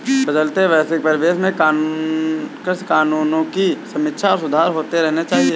बदलते वैश्विक परिवेश में कृषि कानूनों की समीक्षा और सुधार होते रहने चाहिए